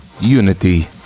Unity